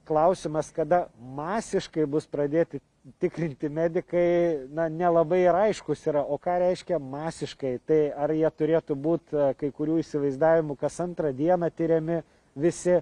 klausimas kada masiškai bus pradėti tikrinti medikai na nelabai ir aiškus yra o ką reiškia masiškai tai ar jie turėtų būt kai kurių įsivaizdavimu kas antrą dieną tiriami visi